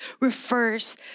refers